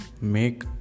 make